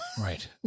Right